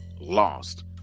lost